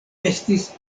estis